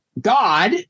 God